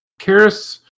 Karis